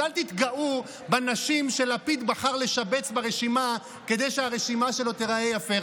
אז אל תתגאו בנשים שלפיד בחר לשבץ ברשימה כדי שהרשימה שלו תיראה יפה.